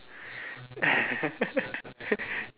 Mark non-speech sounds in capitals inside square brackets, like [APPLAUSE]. [LAUGHS]